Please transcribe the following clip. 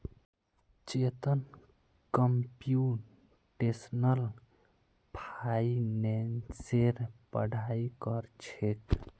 Chetan computational फाइनेंसेर पढ़ाई कर छेक